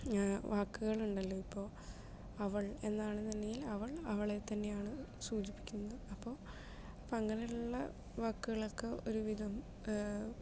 വാക്കുകൾ ഉണ്ടല്ലോ ഇപ്പോൾ അവൾ എന്നാണെന്നുണ്ടെങ്കിൽ അവൾ അവളെ തന്നെയാണ് സൂചിപ്പിക്കുന്നത് അപ്പോൾ അങ്ങനെയുള്ള വാക്കുകളൊക്കെ ഒരുവിധം